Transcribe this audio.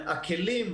הכלים,